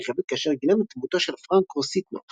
נרחבת כאשר גילם את דמותו של פרנק רוסיטנו